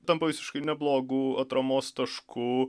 tampa visiškai neblogu atramos tašku